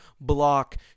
block